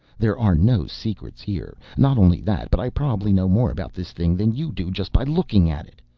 there are no secrets here. not only that, but i probably know more about this thing than you do just by looking at it.